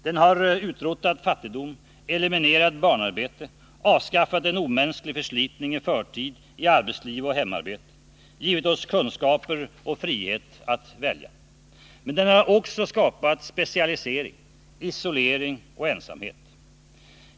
Den har utrotat fattigdom, eliminerat barnarbete, avskaffat en omänsklig förslitning i förtid i arbetsliv och hemarbete, givit oss kunskaper och frihet att välja. Men den har också skapat specialisering, isolering och ensamhet.